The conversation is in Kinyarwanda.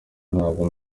ntabwo